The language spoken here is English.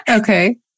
Okay